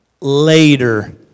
later